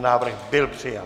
Návrh byl přijat.